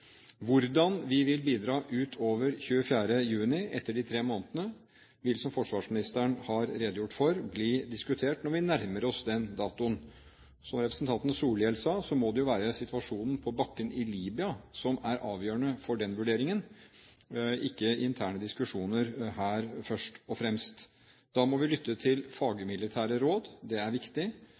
Hvordan vi vil bidra utover 24. juni, etter de tre månedene, vil, som forsvarsministeren har redegjort for, bli diskutert når vi nærmer oss den datoen. Som representanten Solhjell sa, må det jo være situasjonen på bakken i Libya som er avgjørende for den vurderingen, ikke interne diskusjoner her først og fremst. Da må vi lytte til fagmilitære råd. Det er viktig.